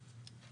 מעורפל, לא?